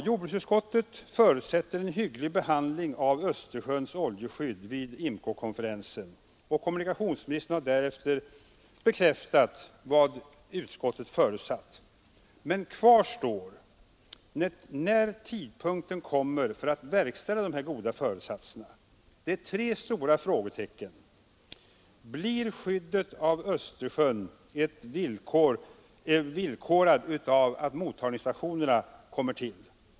Jordbruksutskottet förutsätter en hygglig behandling av Östersjöns oljeskydd vid IMCO-konferensen, och kommunikationsministern har bekräftat vad utskottet förutsatt. Men kvar står frågan vid vilken tidpunkt de goda föresatserna kommer att förverkligas. Det finns tre stora frågetecken: 1. Är villkoret för skyddet av Östersjön att mottagningsstationer kommer till?